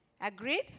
Agreed